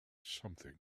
something